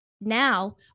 now